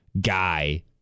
guy